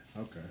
okay